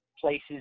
places